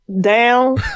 down